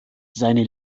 seine